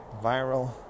viral